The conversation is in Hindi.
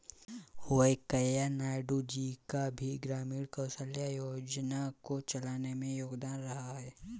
वैंकैया नायडू जी का भी ग्रामीण कौशल्या योजना को चलाने में योगदान रहा है